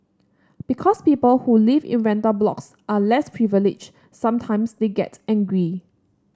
because people who live in rental blocks are less privileged sometimes they get angry